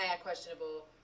questionable